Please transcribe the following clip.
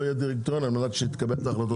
יהיה דירקטוריון על מנת שהיא תקבל את ההחלטות